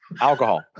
Alcohol